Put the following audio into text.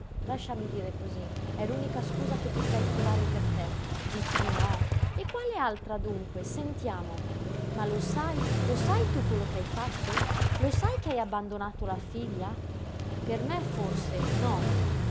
lasciami dire cosí è l'unica scusa che potrei trovare per te dici di no e quale altra dunque sentiamo ma lo sai lo sai tu quello che hai fatto lo sai che hai abbandonato la figlia per me forse no